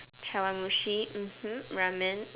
chawanmushi mmhmm Ramen um